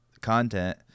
content